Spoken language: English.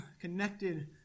connected